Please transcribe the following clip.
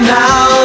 now